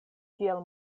tiel